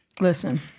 Listen